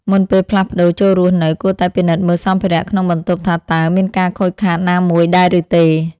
មុនពេលផ្លាស់ប្តូរចូលរស់នៅ គួរតែពិនិត្យមើលសម្ភារៈក្នុងបន្ទប់ថាតើមានការខូចខាតណាមួយដែរឬទេ។